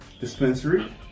Dispensary